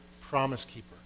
promise-keeper